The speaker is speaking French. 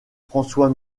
françois